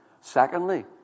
Secondly